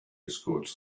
escorts